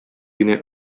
генә